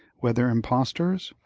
whether impostors,